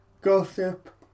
gossip